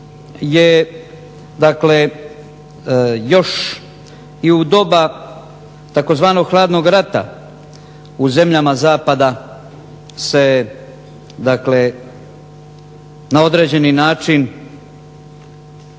još i u doba tzv. "hladnog rata" u zemljama zapada se dakle na određeni način spominjao